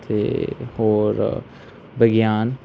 ਅਤੇ ਔਰ ਵਿਗਿਆਨ